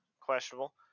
questionable